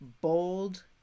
bold